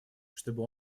чтобы